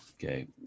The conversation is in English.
Okay